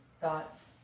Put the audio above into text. thoughts